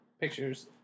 pictures